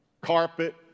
carpet